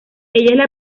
ella